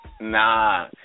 Nah